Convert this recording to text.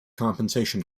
compensation